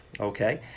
Okay